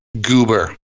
goober